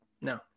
no